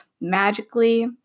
magically